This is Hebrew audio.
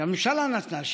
שהממשלה נתנה,